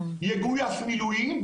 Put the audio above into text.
יגוייס מילואים,